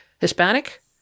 Hispanic